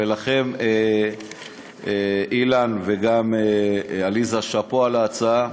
ולכם, אילן וגם עליזה, שאפו על ההצעה.